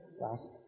last